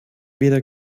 weder